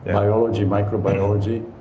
and biology, microbiology.